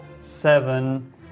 seven